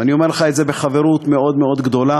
ואני אומר לך את זה בחברות מאוד מאוד גדולה,